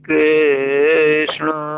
Krishna